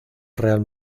real